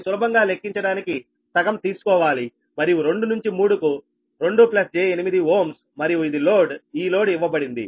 మీరు సులభంగా లెక్కించడానికి సగం తీసుకోవాలి మరియు 2 నుంచి 3 కు 2 j8 Ω మరియు ఇది లోడ్ ఈ లోడ్ ఇవ్వబడింది